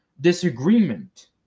disagreement